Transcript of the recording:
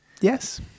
Yes